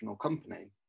company